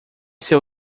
ser